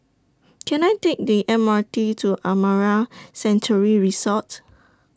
Can I Take The M R T to Amara Sanctuary Resort